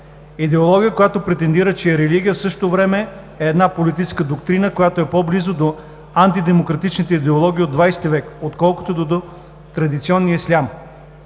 идеология, която претендира, че е религия, а в същото време е политическа доктрина, която е по-близо до антидемократичните идеологии от 20 век, отколкото до традиционния ислям.